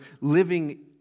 living